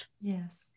Yes